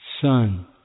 son